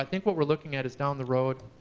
ah think what we're looking at is down the road,